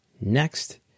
Next